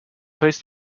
pays